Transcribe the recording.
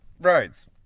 roads